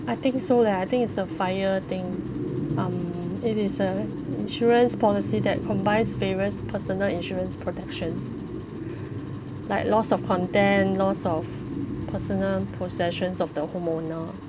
I think so leh I think it's a fire thing um it is a insurance policy that combines various personal insurance protections like loss of content loss of personal possessions of the homeowner